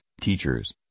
teachers